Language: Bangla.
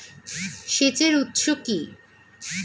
সেচের উৎস কি?